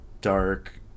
dark